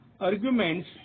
arguments